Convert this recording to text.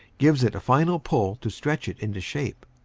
gives it a final pull to stretch it into shape.